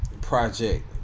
project